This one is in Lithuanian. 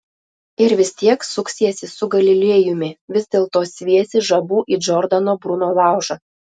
ir vis tiek suksiesi su galilėjumi vis dėlto sviesi žabų į džordano bruno laužą